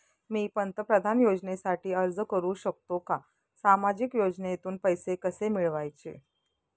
मी पंतप्रधान योजनेसाठी अर्ज करु शकतो का? सामाजिक योजनेतून पैसे कसे मिळवायचे